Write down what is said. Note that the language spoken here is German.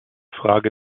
frage